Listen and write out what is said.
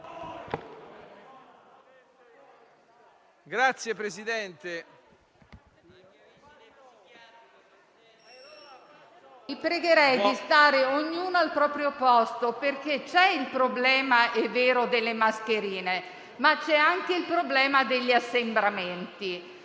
Colleghi, vi pregherei di stare ognuno al proprio posto perché c'è il problema - è vero - delle mascherine, ma c'è anche il problema degli assembramenti.